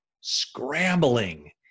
scrambling